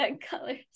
colors